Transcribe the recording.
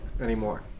anymore